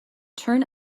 turn